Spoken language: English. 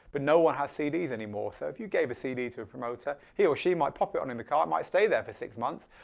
but no one has cds anymore so if you gave a cd to a promoter he or she might pop it on in the car, it might stay there for six months.